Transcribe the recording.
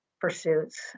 pursuits